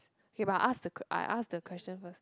okay but I ask I ask the question first